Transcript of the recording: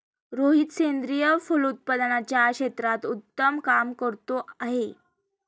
रोहित सेंद्रिय फलोत्पादनाच्या क्षेत्रात उत्तम काम करतो आहे